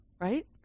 right